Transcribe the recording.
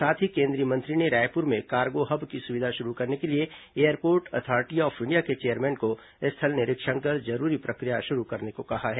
साथ ही केंद्रीय मंत्री ने रायपुर में कार्गो हब की सुविधा शुरू करने के लिए एयरपोर्ट अथॉरिटी ऑफ इंडिया के चेयरमैन को स्थल निरीक्षण कर जरूरी प्रक्रिया शुरू करने को कहा है